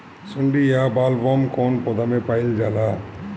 सुंडी या बॉलवर्म कौन पौधा में पाइल जाला?